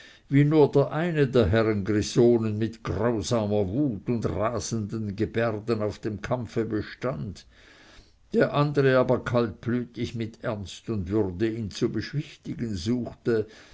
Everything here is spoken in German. nur der eine der herren grisonen mit grausamer wut und rasenden gebärden auf dem kampfe bestand der andere aber kaltblütig mit ernst und würde ihn zu beschwichtigen suchte